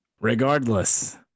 Regardless